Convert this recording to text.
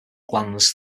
glands